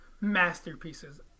masterpieces